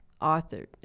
authored